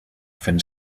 fent